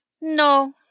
No